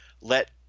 let